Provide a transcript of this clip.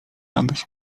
abyś